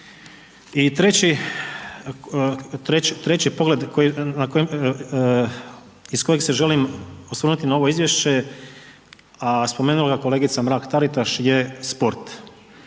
I treći pogled na kojem, iz kojeg se želim osvrnuti na ovo Izvješće, a spomenula ga je kolegica Mrak Taritaš je sport.